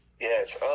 Yes